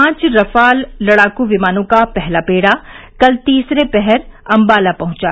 पांच रफाल लडाकू विमानों का पहला बेड़ा कल तीसरे पहर अंबाला पहुंचा